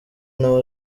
nawe